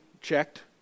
checked